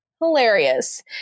hilarious